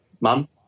mom